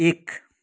एक